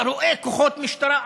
אתה רואה כוחות משטרה,